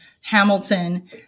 Hamilton